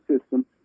system